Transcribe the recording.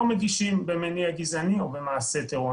מגישים על מניע גזעני או על מעשה טרור.